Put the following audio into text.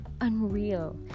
unreal